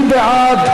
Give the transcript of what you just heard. מי בעד?